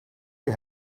you